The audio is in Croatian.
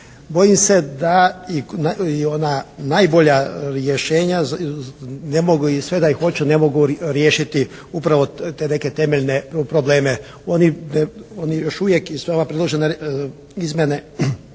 Bojim se da i ona najbolja rješenja ne mogu sve i da hoću ne mogu riješiti upravo te neke temeljne probleme. Oni još uvijek i sva ova priložene izmjene